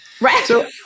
Right